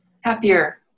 happier